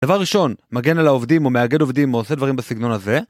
דבר ראשון, מגן על העובדים ומאגד עובדים עושה דברים בסגנון הזה